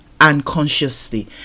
unconsciously